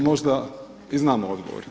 Možda i znam odgovor.